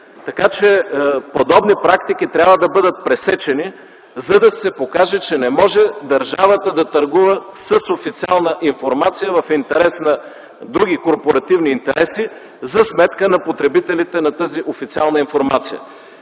ден. Подобни практики трябва да бъдат пресечени, за да се покаже, че не може държавата да търгува с официална информация в интерес на други корпоративни интереси, за сметка на потребителите на тази официална информация.